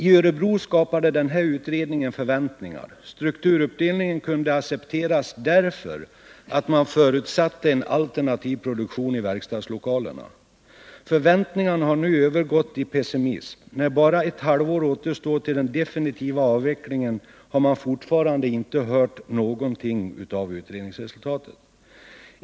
I Örebro skapade den här utredningen förväntningar. Strukturuppdelningen kunde accepteras, därför att man förutsatte en alternativ produktion i verkstadslokalerna. Förväntningarna har nu övergått i pessimism. När bara ett halvt år återstår till den definitiva avvecklingen, har man inte hört någonting om utredningsresultatet.